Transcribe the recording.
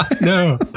No